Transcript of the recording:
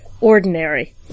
ordinary